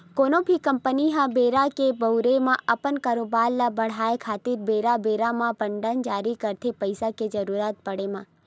कोनो भी कंपनी ह बेरा के ऊबेरा म अपन कारोबार ल बड़हाय खातिर बेरा बेरा म बांड जारी करथे पइसा के जरुरत पड़े म